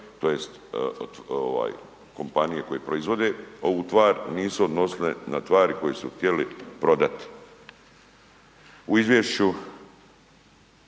tj. kompanije koje proizvode ovu tvar nisu odnosile na tvari koje su htjeli prodati. U izvješću